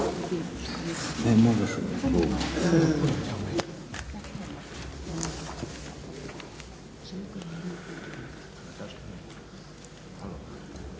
Hvala